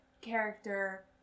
character